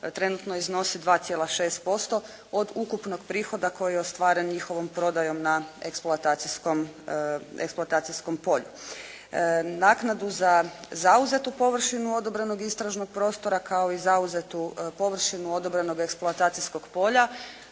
trenutno iznosi 2,6% od ukupnog prihoda koji je ostvaren njihovom prodajom na eksploatacijskom polju. Naknadu za zauzetu površinu odobrenog istražnog prostora kao i zauzetu površinu odobrenog eksploatacijskog polja